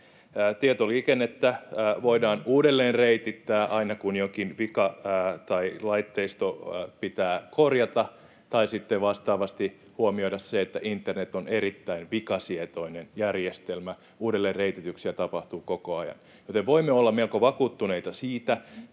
Tietoliikennettä voidaan uudelleenreitittää aina kun jokin vika tai laitteisto pitää korjata, ja sitten vastaavasti on hyvä huomioida se, että internet on erittäin vikasietoinen järjestelmä ja uudelleenreitityksiä tapahtuu koko ajan. Voimme olla melko vakuuttuneita siitä,